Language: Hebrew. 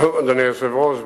אדוני היושב-ראש,